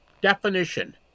definition